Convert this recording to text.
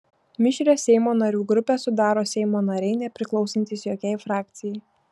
mišrią seimo narių grupę sudaro seimo nariai nepriklausantys jokiai frakcijai